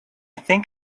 think